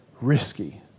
risky